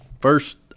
first